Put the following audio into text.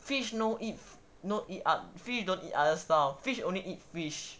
fish no eat no eat up fish don't eat other stuff fish only eat fish